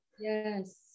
yes